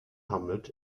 hamlet